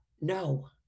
No